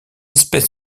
espèces